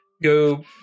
Go